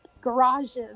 garages